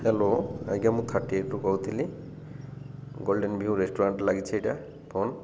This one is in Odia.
ହ୍ୟାଲୋ ଆଜ୍ଞା ମୁଁ ଥାର୍ଟି ଏଇଟରୁୁ କହୁଥିଲି ଗୋଲ୍ଡେନ ଭ୍ୟୁ ରେଷ୍ଟୁରାଣ୍ଟ ଲାଗିଛି ଏଇଟା ଫୋନ୍